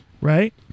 Right